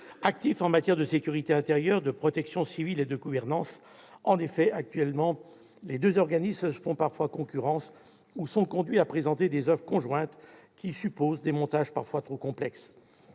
actif en matière de sécurité intérieure, de protection civile et de gouvernance. En effet, les deux organismes se font actuellement parfois concurrence ou sont conduits à présenter des offres conjointes, qui supposent des montages parfois trop complexes.